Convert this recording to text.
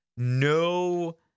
no